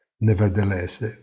Nevertheless